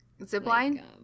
Zipline